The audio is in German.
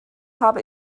habe